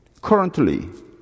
currently